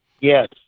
Yes